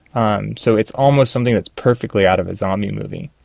um so it's almost something that's perfectly out of a zombie movie.